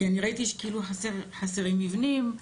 כי אני שמעתי שנאמר שחסרים מבנים,